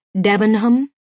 Devonham